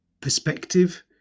perspective